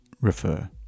refer